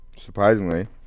surprisingly